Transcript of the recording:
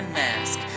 mask